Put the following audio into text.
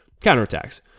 counterattacks